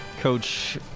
Coach